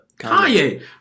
Kanye